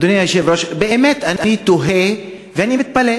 אדוני היושב-ראש, באמת אני תוהה ואני מתפלא: